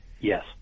Yes